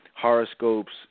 horoscopes